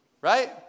Right